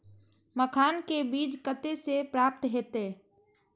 मखान के बीज कते से प्राप्त हैते?